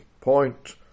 point